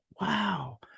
wow